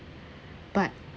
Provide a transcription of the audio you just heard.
but